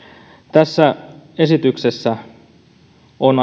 tässä esityksessä on